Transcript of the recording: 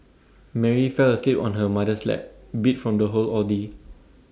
Mary fell asleep on her mother's lap beat from the whole ordeal